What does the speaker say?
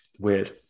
Weird